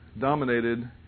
dominated